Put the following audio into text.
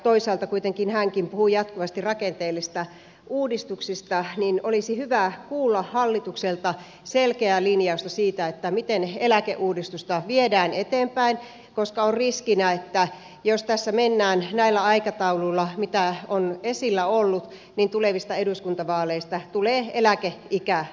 toisaalta kun kuitenkin hänkin puhuu jatkuvasti rakenteellisista uudistuksista niin olisi hyvä kuulla hallitukselta selkeää linjausta siitä miten eläkeuudistusta viedään eteenpäin koska on riskinä että jos tässä mennään näillä aikatauluilla mitä on esillä ollut niin tulevista eduskuntavaaleista tulee eläkeikävaali